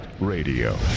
radio